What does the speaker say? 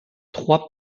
trois